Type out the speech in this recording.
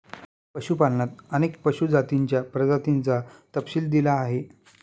पशुपालनात अनेक पशु जातींच्या प्रजातींचा तपशील दिला आहे